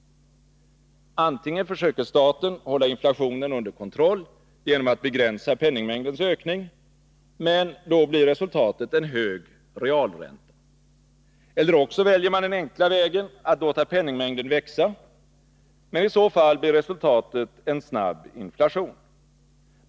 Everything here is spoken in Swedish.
Antingen försöker staten hålla inflationen under kontroll genom att begränsa penningmängdens ökning — men då blir resultatet en hög realränta. Eller också väljer man den enkla vägen att låta penningmängden växa — men i så fall blir resultatet en snabb inflation.